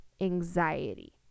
anxiety